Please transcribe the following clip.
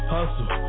Hustle